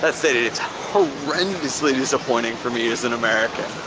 that stated, it's horrendously disappointing for me as an american.